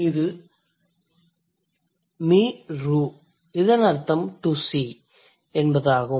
இது mi - ru இதன் அர்த்தம் 'to see' என்பதாகும்